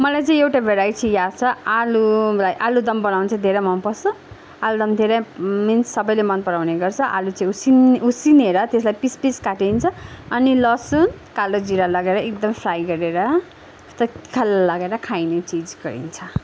मलाई चाहिँ एउटा भेराइटी आउँछ आलु मलाई आलुदम बनाउन चाहिँ धेरै मन पर्छ आलुदम धेरै मिन्स सबैले मन पराउने गर्छ आलु चाहिँ उसिन उसिनेर त्यसलाई पिस पिस काटिन्छ अनि लसुन कालो जीरा लगाएर एकदम फ्राई गरेर त खाल लगेर खाइने चिज गरिन्छ